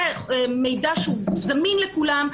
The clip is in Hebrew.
זה מידע שהוא זמין לכולם.